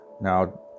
Now